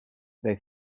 they